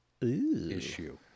issue